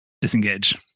disengage